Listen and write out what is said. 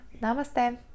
namaste